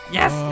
yes